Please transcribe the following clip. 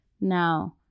Now